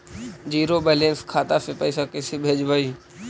Zero balance खाता से पैसा कैसे भेजबइ?